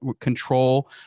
control